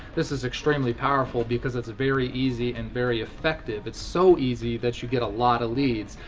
this is extremely powerful because its very easy and very effective. its so easy that you get a lot of leads.